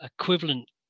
equivalent